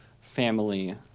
family